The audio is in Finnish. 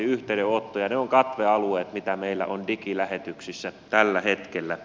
ne ovat katvealueet mitä meillä on digilähetyksissä tällä hetkellä